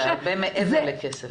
זה הרבה מעבר לכסף.